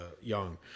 young